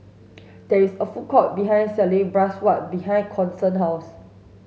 there is a food court behind selling Bratwurst behind Kason's house